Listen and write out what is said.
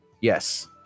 Yes